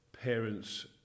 parents